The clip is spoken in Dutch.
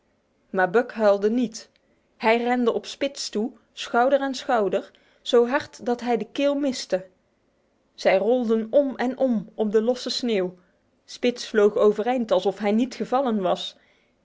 maar buck huilde niet hij rende op spitz toe schouder aan schouder zo hard dat hij de keel miste zij rolden om en om op de losse sneeuw spitz vloog overeind alsof hij niet gevallen was